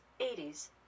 80s